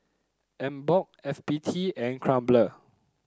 Emborg F B T and Crumpler